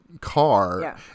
car